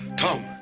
tom. ah,